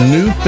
New